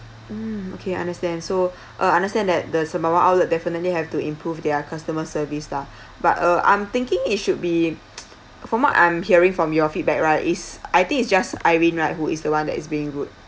mm okay understand so uh understand that the Sembawang outlet definitely have to improve their customer service lah but uh I'm thinking it should be from what I'm hearing from your feedback right is I think is just irene right who is the one that is being rude